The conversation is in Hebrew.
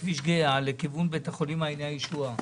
כביש גהה, לכיוון בית החולים מעייני הישועה.